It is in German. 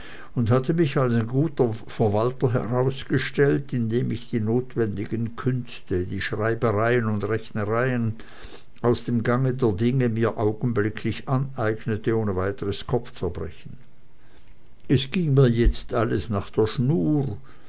und hatte mich als ein guter verwalter herausgestellt indem ich die notwendigen künste die schreibereien und rechnereien aus dem gange der dinge mir augenblicklich aneignete ohne weiteres kopfzerbrechen es ging mir jetzt alles nach der schnur